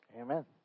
Amen